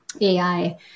AI